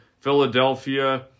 philadelphia